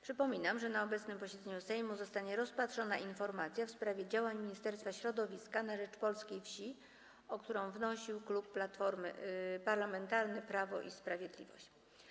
Przypominam, że na obecnym posiedzeniu Sejmu zostanie rozpatrzona informacja w sprawie działań Ministerstwa Środowiska na rzecz polskiej wsi, o którą wnosił Klub Parlamentarny Prawo i Sprawiedliwość.